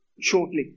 shortly